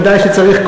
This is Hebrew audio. ודאי שצריך.